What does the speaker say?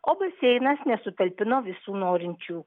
o baseinas nesutalpino visų norinčių